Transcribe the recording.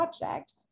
project